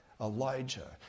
Elijah